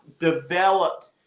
developed